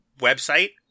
website